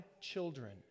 children